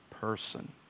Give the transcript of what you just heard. person